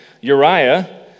Uriah